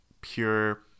pure